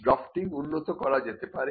drafting উন্নত করা যেতে পারে